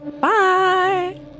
Bye